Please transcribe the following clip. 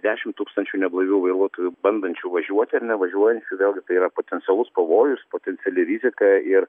dešimt tūkstančių neblaivių vairuotojų bandančių važiuoti ar nevažiuojančių vėlgi yra potencialus pavojus potenciali rizika ir